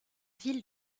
ville